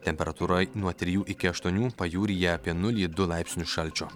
temperatūra nuo trijų iki aštuonių pajūryje apie nulį du laipsnius šalčio